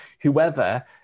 whoever